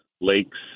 lakes